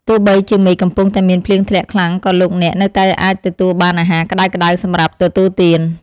ទោះបីជាមេឃកំពុងតែមានភ្លៀងធ្លាក់ខ្លាំងក៏លោកអ្នកនៅតែអាចទទួលបានអាហារក្តៅៗសម្រាប់ទទួលទាន។